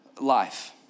life